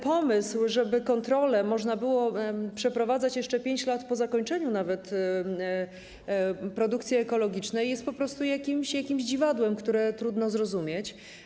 Pomysł, żeby kontrole można było przeprowadzać jeszcze nawet 5 lat po zakończeniu produkcji ekologicznej, jest po prostu jakimś dziwadłem, które trudno zrozumieć.